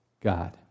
God